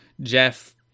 Jeff